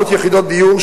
700 יחידות דיור,